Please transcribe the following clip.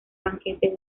banquete